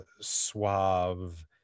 suave